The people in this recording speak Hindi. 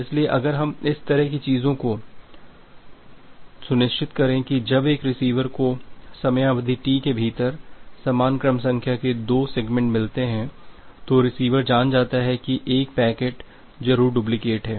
इसलिए अगर हम इस तरह की चीजों को सुनिश्चित करें की जब एक रिसीवर को समयावधि टी के भीतर समान क्रम संख्या के दो सेगमेंट मिलते हैं तो रिसीवर जान जाता है कि एक पैकेट जरुर डुप्लिकेट है